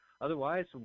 Otherwise